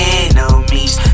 enemies